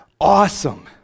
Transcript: awesome